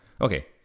Okay